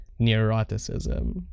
neuroticism